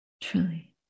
truly